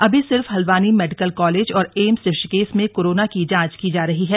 अभी सिर्फ Haldwani medical college और एम्स ऋषिकेश में कोरोना की जांच की जा रही है